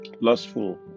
lustful